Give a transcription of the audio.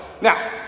Now